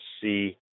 see